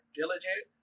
diligent